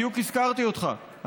בדיוק הזכרתי אותך,